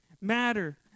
matter